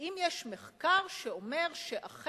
האם יש מחקר שאומר שאכן,